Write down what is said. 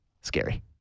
Scary